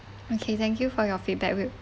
okay thank you for your feedback will